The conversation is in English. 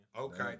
Okay